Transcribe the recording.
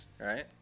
right